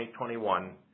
2021